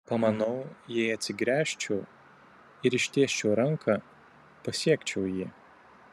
pamanau jei atsigręžčiau ir ištiesčiau ranką pasiekčiau jį